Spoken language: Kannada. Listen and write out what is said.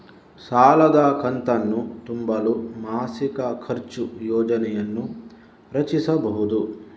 ಸಾಲದ ಕಂತನ್ನು ತುಂಬಲು ಮಾಸಿಕ ಖರ್ಚು ಯೋಜನೆಯನ್ನು ರಚಿಸಿಬಹುದು